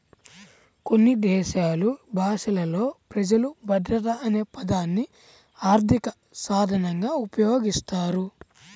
కొన్ని దేశాలు భాషలలో ప్రజలు భద్రత అనే పదాన్ని ఆర్థిక సాధనంగా ఉపయోగిస్తారు